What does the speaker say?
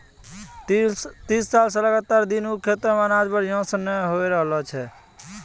तीस साल स लगातार दीनू के खेतो मॅ अनाज बढ़िया स नय होय रहॅलो छै